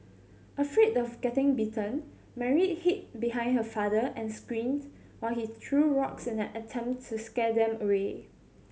afraid of getting bitten Mary hid behind her father and screamed while he threw rocks in an attempt to scare them away